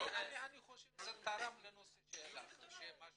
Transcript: אני חושב שזה תרם לנושא שיזמת.